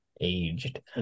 aged